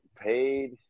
paid